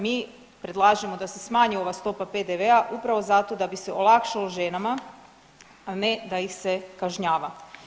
Mi predlažemo da se smanji ova stopa PDV-a upravo zato da bi se olakšalo ženama, a ne da ih se kažnjava.